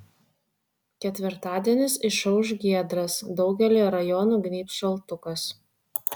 ketvirtadienis išauš giedras daugelyje rajonų gnybs šaltukas